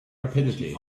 rapidity